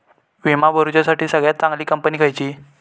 विमा भरुच्यासाठी सगळयात चागंली कंपनी खयची?